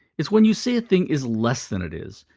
it's when you say a thing is less than it is,